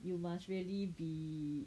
you must really be